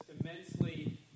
immensely